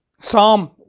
Psalm